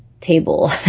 table